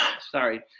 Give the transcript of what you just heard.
Sorry